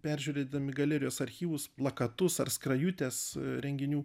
peržiūrėdami galerijos archyvus plakatus ar skrajutes renginių